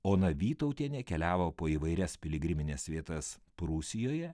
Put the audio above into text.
ona vytautienė keliavo po įvairias piligrimines vietas prūsijoje